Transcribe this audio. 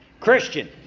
Christian